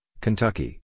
Kentucky